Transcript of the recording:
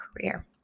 career